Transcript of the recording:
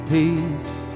peace